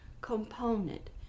component